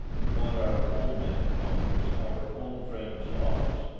we want our own men in congress, our own friends in office,